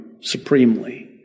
supremely